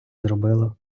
зробило